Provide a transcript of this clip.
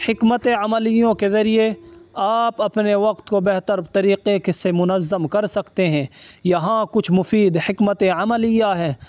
حکمت عملیوں کے ذریعے آپ اپنے وقت کو بہتر طریقے کے سے منظم کر سکتے ہیں یہاں کچھ مفید حکمت عملیاں ہیں